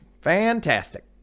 fantastic